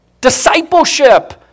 Discipleship